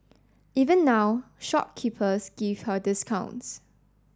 even now shopkeepers give her discounts